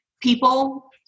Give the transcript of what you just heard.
people